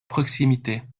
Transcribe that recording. proximité